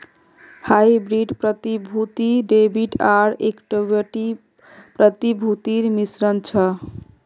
hybrid प्रतिभूति debit आर equity प्रतिभूतिर मिश्रण छ